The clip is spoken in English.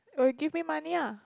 oh you give me money ah